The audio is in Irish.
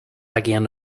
aigéan